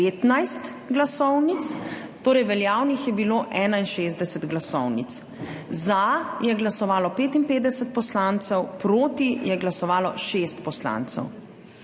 15 glasovnic, torej veljavnih je bilo 61 glasovnic. Za je glasovalo 55 poslancev, proti je glasovalo 6 poslancev.